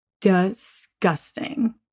Disgusting